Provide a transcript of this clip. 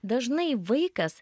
dažnai vaikas